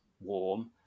warm